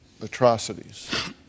atrocities